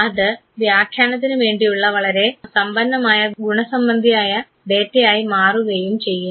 അത് വ്യാഖ്യാനത്തിന് വേണ്ടിയുള്ള വളരെ സമ്പന്നമായ ഗുണ സംബന്ധിയായ ഡാറ്റ ആയി മാറുകയും ചെയ്യുന്നു